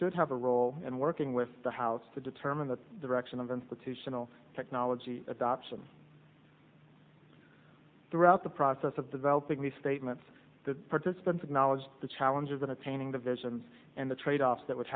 should have a role in working with the house to determine the direction of institutional technology adoption throughout the process of developing the statements the participants acknowledged the challenges in attaining the visions and the tradeoffs that would